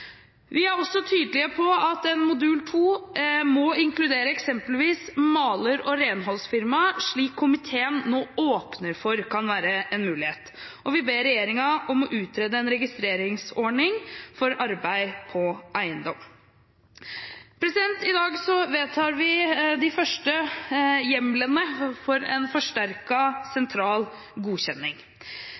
Vi er også tydelige på at en modul 2 må inkludere eksempelvis maler- og renholdsfirmaer, slik komiteen nå åpner for kan være en mulighet, og vi ber regjeringen om å utrede en registreringsordning for arbeid på eiendom. I dag vedtar vi de første hjemlene for en forsterket sentral godkjenning.